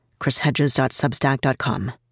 chrishedges.substack.com